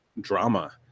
drama